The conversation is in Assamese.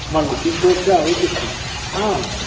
আমাৰ লখিমপুৰতযে আৰু বেছি হাঁ